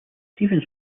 stevens